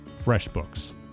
freshbooks